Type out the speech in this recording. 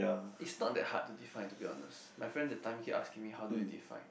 is not that hard to define to be honest my friend that time keep asking me how do you define